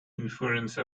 inference